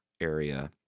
area